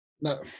no